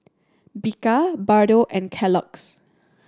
Bika Bardot and Kellogg's